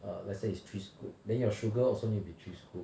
err let's say it's three scoop then your sugar also need to be three scoop